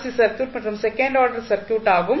C circuit மற்றும் second order circuit ஆகும்